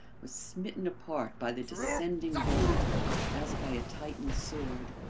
was smitten apart by the descending bolt as by a titan sword,